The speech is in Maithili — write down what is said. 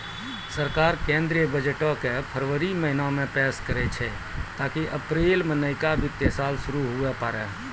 सरकार केंद्रीय बजटो के फरवरी महीना मे पेश करै छै ताकि अप्रैल मे नयका वित्तीय साल शुरू हुये पाड़ै